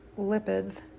lipids